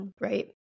Right